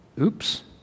Oops